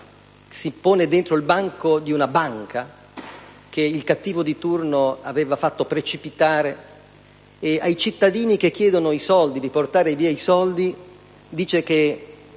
si pone dietro il bancone di una banca che il cattivo di turno aveva fatto precipitare. Ai cittadini che chiedono di ritirare i soldi, dice che